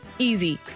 easy